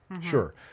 sure